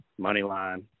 Moneyline